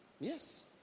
Yes